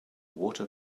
water